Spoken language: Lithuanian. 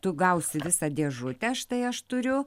tu gausi visą dėžutę štai aš turiu